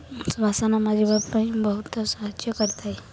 ବାସନ ମାଜିବା ପାଇଁ ବହୁତ ସାହାଯ୍ୟ କରିଥାଏ